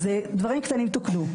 אז דברים קטנים תוקנו.